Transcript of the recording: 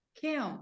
Kim